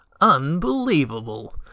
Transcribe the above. Unbelievable